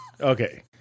Okay